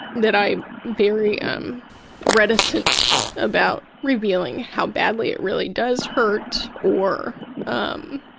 that i'm very um reticent about revealing how badly it really does hurt or um